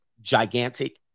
gigantic